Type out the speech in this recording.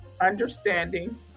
understanding